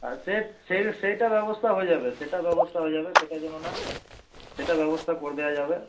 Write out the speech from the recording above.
আর সে সে সেইটা ব্যবস্থা হয়ে যাবে সেটা ব্যবস্থা হয়ে যাবে সেটার জন্য না সেটা ব্যবস্থা করে দেওয়া যাবে